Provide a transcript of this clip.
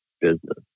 business